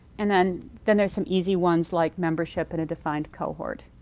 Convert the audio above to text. and then then there's some easy ones like membership in a defined cohort.